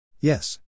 Yes